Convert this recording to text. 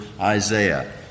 Isaiah